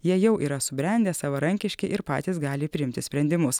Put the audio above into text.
jie jau yra subrendę savarankiški ir patys gali priimti sprendimus